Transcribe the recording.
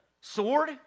Sword